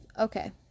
Okay